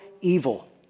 evil